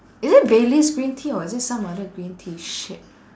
is it baileys green tea or is it some other green tea shit